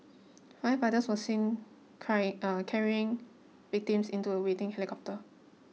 firefighters were seen carry carrying victims into a waiting helicopter